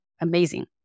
amazing